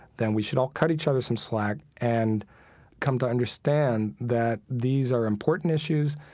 then we should all cut each other some slack and come to understand that these are important issues,